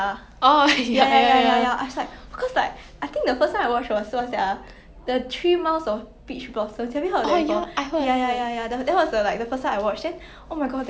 mm yeah